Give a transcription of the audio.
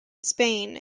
spain